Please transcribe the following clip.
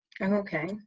okay